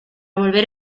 volver